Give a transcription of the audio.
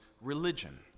religion